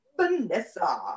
Vanessa